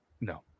No